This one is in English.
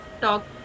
talk